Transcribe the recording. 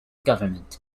government